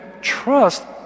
trust